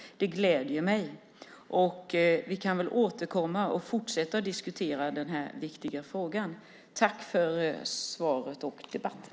Det gläder mig. Vi kan väl återkomma och fortsätta att diskutera den här viktiga frågan. Tack för svaret och debatten!